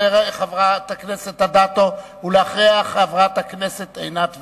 חברת הכנסת אדטו, ואחריה, חברת הכנסת עינת וילף.